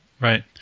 right